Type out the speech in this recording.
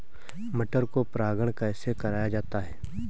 मटर को परागण कैसे कराया जाता है?